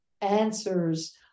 answers